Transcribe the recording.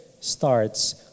starts